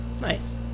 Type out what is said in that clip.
Nice